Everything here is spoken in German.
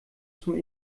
zum